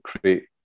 create